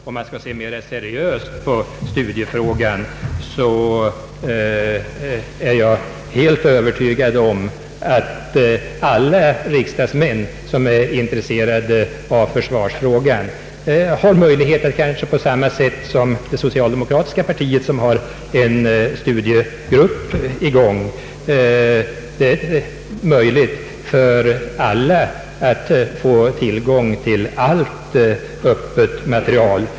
Skall man se mer seriöst på studiefrågan är jag helt övertygad om att alla riksdagsmän som är intresserade av försvarsfrågan har samma möjligheter som det socialdemokratiska partiet, vilket har en studiegrupp i gång, att få tillgång till allt öppet material.